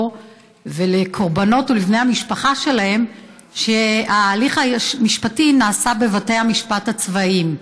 ועל הקורבנות ובני המשפחה שלהם כשההליך המשפטי נעשה בבתי המשפט הצבאיים.